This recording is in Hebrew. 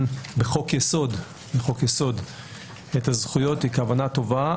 בחוק-יסוד את הזכויות היא כוונה טובה,